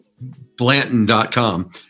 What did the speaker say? Blanton.com